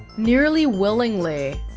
nearly willingly